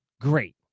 Great